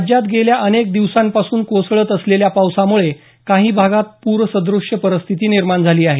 राज्यात गेल्या अनेक दिवसांपासून कोसळत असलेल्या पावसामुळे काही भागात पूरसदृष्य परिस्थिती निर्माण झाली आहे